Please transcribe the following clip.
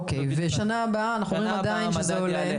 אוקיי ובשנה הבאה אנחנו רואים עדיין שזה אמור לעלות?